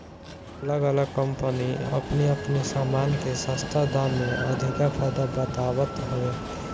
अलग अलग कम्पनी अपनी अपनी सामान के सस्ता दाम में अधिका फायदा बतावत हवे